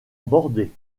bordée